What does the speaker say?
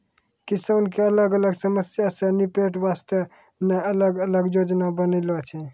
किसान के अलग अलग समस्या सॅ निपटै वास्तॅ सरकार न अलग अलग योजना बनैनॅ छै